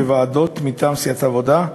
ולאחר מכן, להצעת החוק האחרונה.